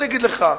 אני אגיד לך,